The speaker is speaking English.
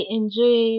enjoy